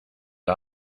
der